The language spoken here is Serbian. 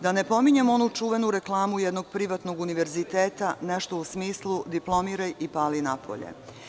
Da ne pominjem onu čuvenu reklamu onog privatnog univerziteta, nešto u smislu – diplomiraj i pali napolje.